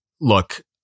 Look